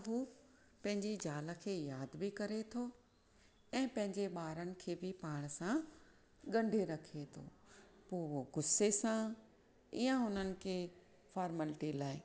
त उहो पंहिंजी ज़ालि खे यादि बि करे थो ऐं पंहिंजे ॿारनि खे बि पाण सा गंढे रखे थो पोइ उहो गुसे सां या हुननि खे फॉर्मल्टी लाइ